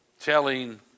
telling